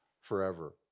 forever